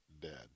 dead